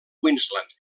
queensland